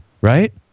right